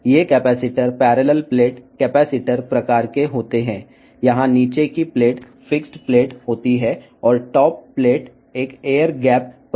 ఈ కెపాసిటర్లు సమాంతర ప్లేట్ కెపాసిటర్ రకానికి చెందినవి ఇక్కడ దిగువ ఎగువ ప్లేట్ ల మధ్య గాలి ఉంటుంది